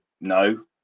no